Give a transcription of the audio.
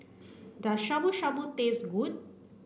does Shabu Shabu taste good